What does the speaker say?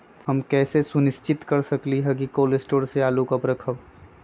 हम कैसे सुनिश्चित कर सकली ह कि कोल शटोर से आलू कब रखब?